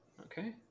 Okay